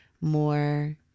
more